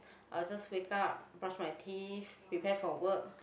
I just wake up brush my teeth prepare for work